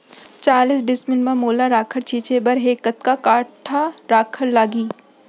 चालीस डिसमिल म मोला राखड़ छिंचे बर हे कतका काठा राखड़ लागही?